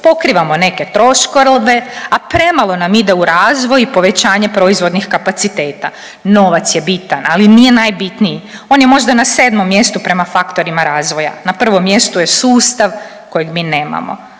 pokrivamo neke troškove, a premalo nam ide u razvoj i povećanje proizvodnih kapaciteta. Novac je bitan, ali nije najbitniji, on je možda na 7. mjestu prema faktorima razvoja, na 1. mjestu je sustav kojeg mi nemamo,